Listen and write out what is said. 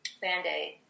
Band-Aid